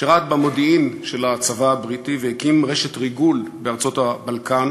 שירת במודיעין של הצבא הבריטי והקים רשת ריגול בארצות הבלקן